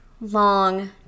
long